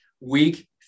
Week